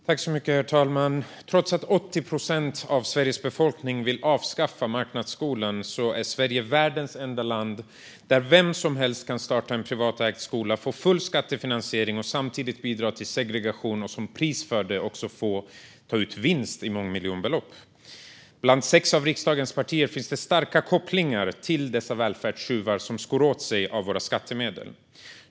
Herr talman! Trots att 80 procent av Sveriges befolkning vill avskaffa marknadsskolan är Sverige världens enda land där vem som helst kan starta en privatägd skola, få full skattefinansiering och samtidigt bidra till segregation - och som belöning för detta också få ta ut mångmiljonbelopp i vinst. Hos sex av riksdagens partier finns det starka kopplingar till dessa välfärdstjuvar, som skor sig på våra skattemedel.